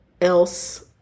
else